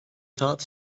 thought